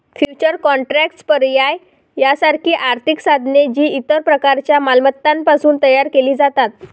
futures contracts, पर्याय यासारखी आर्थिक साधने, जी इतर प्रकारच्या मालमत्तांपासून तयार केली जातात